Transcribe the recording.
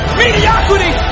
mediocrity